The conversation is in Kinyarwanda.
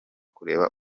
kureba